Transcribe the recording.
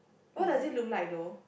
what does it look like though